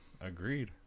Agreed